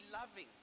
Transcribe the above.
loving